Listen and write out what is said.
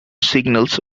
signals